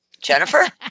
Jennifer